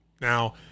Now